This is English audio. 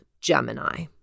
Gemini